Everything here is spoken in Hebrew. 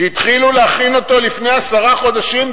שהתחילו להכין אותו לפני עשרה חודשים,